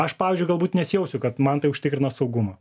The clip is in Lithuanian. aš pavyzdžiui galbūt nesijausiu kad man tai užtikrina saugumą